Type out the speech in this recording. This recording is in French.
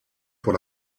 pour